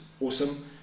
Awesome